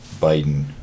Biden